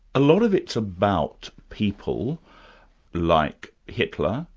a lot of it's about people like hitler,